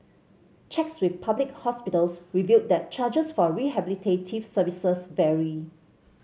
checks with public hospitals revealed that charges for rehabilitative services vary